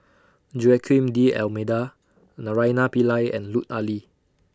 Joaquim D'almeida Naraina Pillai and Lut Ali